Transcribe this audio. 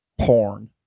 Porn